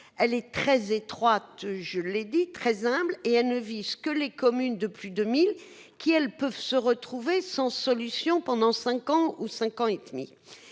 elle est très étroite. Je l'ai dit très humble et elle ne vise que les communes de plus de 1000 qui elles peuvent se retrouver sans solution pendant 5 ans ou 5 ans et demi.